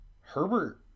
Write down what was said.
Herbert